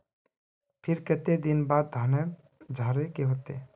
फिर केते दिन बाद धानेर झाड़े के होते?